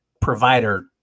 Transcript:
provider